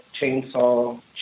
Chainsaw